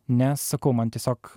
nes sakau man tiesiog